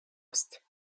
است